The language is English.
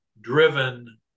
driven